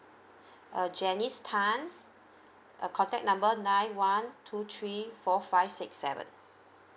uh jennis tan uh contact number nine one two three four five six seven